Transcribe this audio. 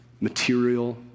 material